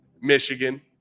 Michigan